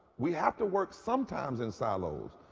we have to work sometimes in silos.